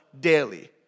daily